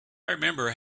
remember